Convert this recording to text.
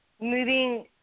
Moving